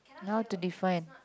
how to define